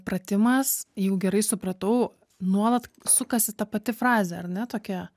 pratimas jeigu gerai supratau nuolat sukasi ta pati frazė ar ne tokia